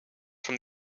from